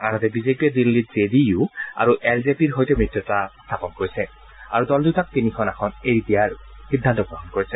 আনহাতে বিজেপিয়ে দিল্লীত জে ডি ইউ আৰু এল জে পিৰ সৈতে মিত্ৰতা স্থাপন কৰিছে আৰু দল দুটাক তিনিখন আসন এৰি দিয়াৰ সিদ্ধান্ত গ্ৰহণ কৰিছে